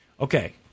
Okay